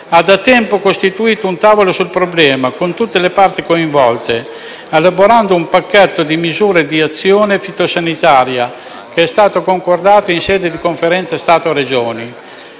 ha da tempo costituito un tavolo sul problema con tutte le parti coinvolte, elaborando un pacchetto di misure di azione fitosanitaria, che è stato concordato in sede di Conferenza Stato-Regioni,